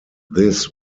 this